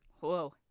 Whoa